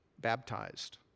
baptized